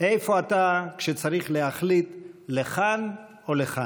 איפה אתה כשצריך להחליט לכאן או לכאן?